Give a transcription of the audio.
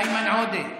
איימן עודה.